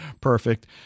perfect